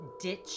ditch